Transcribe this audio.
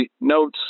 notes